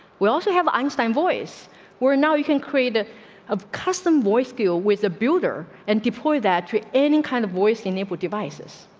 we also have einstein voice were. now you can create ah a custom voice feel with the builder and deployed that any kind of voice enabled devices.